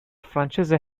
francese